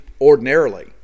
ordinarily